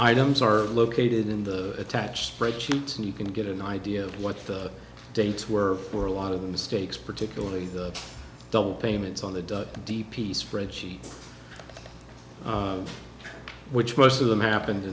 items are located in the attached spreadsheet and you can get an idea of what the dates were for a lot of the mistakes particularly the double payments on the deep peace fred sheet which most of them happened